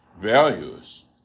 values